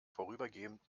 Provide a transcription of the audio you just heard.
vorübergehend